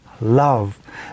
love